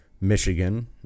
michigan